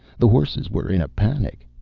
the horses were in a panic.